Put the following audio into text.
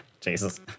Jesus